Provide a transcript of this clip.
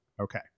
Okay